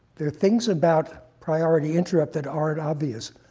there are things about priority interrupt that aren't obvious,